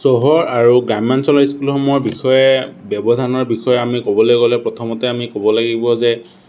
চহৰ আৰু গ্ৰাম্যাঞ্চলৰ স্কুলসমূহৰ বিষয়ে ব্যৱধানৰ বিষয়ে আমি ক'বলৈ গ'লে প্ৰথমতে আমি ক'ব লাগিব যে